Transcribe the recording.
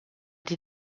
die